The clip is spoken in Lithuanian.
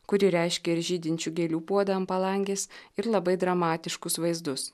kuri reiškia ir žydinčių gėlių puodą ant palangės ir labai dramatiškus vaizdus